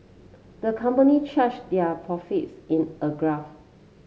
the company charts their profits in a graph